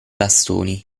bastoni